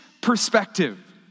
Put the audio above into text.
perspective